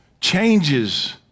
changes